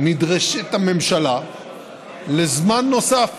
נדרשת הממשלה לזמן נוסף